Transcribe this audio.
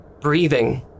breathing